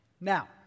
Now